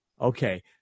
Okay